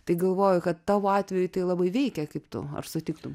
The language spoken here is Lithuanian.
tai galvoju kad tavo atveju tai labai veikia kaip tu ar sutiktum